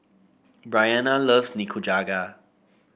Bryana loves Nikujaga